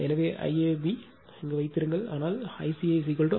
எனவே IAB வைத்திருங்கள் ஆனால் ICA IAB ஆங்கிள் 240o